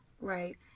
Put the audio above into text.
Right